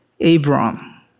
Abram